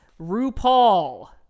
RuPaul